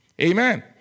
Amen